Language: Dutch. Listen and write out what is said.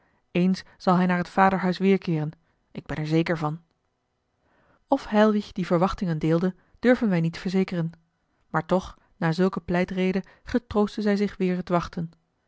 eens zal hij naar t vaderhuis weêrkeeren ik ben er zeker van of helwich die verwachtingen deelde durven wij niet verzekeren maar toch na zulke pleitrede getroostte zij zich weêr het wachten